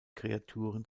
kreaturen